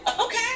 okay